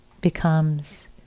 becomes